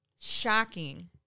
Shocking